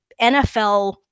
NFL